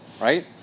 right